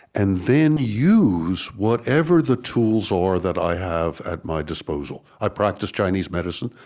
and then use whatever the tools are that i have at my disposal. i practice chinese medicine.